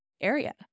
area